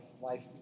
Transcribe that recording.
Life